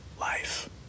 life